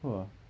!wah!